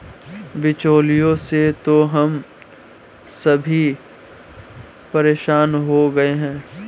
बिचौलियों से तो हम सभी परेशान हो गए हैं